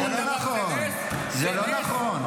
זה לא נכון.